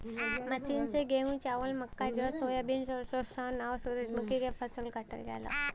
machine से गेंहू, चावल, मक्का, जौ, सोयाबीन, सरसों, सन, आउर सूरजमुखी के फसल काटल जाला